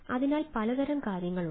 അതിനാൽ പലതരം കാര്യങ്ങളുണ്ട്